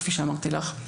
כפי שאמרתי לך,